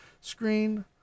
screen